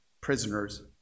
prisoners